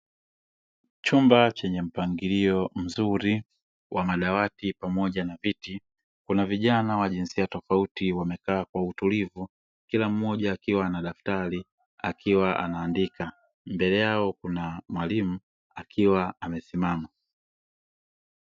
Chumba chenye mpangilio mzuri wa madawati pamoja na viti, kuna vijana wa jinsia tofauti, wamekaa kwa utulivu, kila mmoja akiwa na daftari akiwa anaandika, mbele yao kuna mwalimu akiwa amesimama.